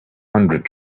hundred